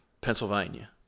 Pennsylvania